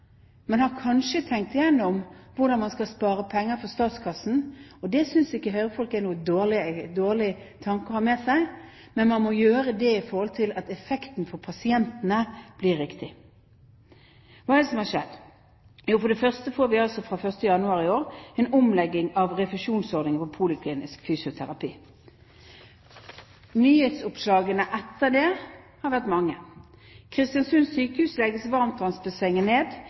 man har kanskje tenkt gjennom hvordan man skal spare penger for statskassen. Det synes ikke høyrefolk er noen dårlig tanke å ha med seg, men man må gjøre det slik at effekten for pasientene blir riktig. Hva er det som har skjedd? For det første fikk vi fra 1. januar i år en omlegging av refusjonsordningen for poliklinisk fysioterapi. Nyhetsoppslagene etter det har vært mange. På Kristiansund sykehus legges varmtvannsbassenget ned.